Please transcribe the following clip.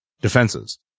defenses